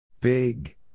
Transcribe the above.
Big